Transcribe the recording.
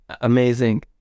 amazing